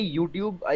YouTube